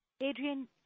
Adrian